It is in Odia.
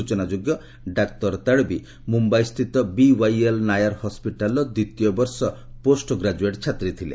ସୂଚନା ଯୋଗ୍ୟ ଡାକ୍ତର ତାଡ଼ବି ମୁମ୍ଭାଇ ସ୍ଥିତ ବିୱାଇଏଲ୍ ନାୟାର୍ ହସ୍କିଟାଲ୍ର ଦ୍ୱିତୀୟ ବର୍ଷ ପୋଷ୍ଟ ଗ୍ରାଜୁଏଟ୍ ଛାତ୍ରୀ ଥିଲେ